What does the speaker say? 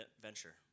venture